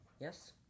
Yes